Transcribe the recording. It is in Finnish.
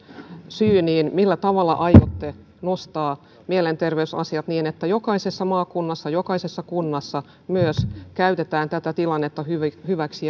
syyniin millä tavalla aiotte nostaa mielenterveysasiat niin että jokaisessa maakunnassa jokaisessa kunnassa myös käytetään tätä tilannetta hyväksi hyväksi